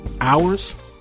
Hours